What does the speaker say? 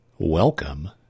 Welcome